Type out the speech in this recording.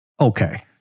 okay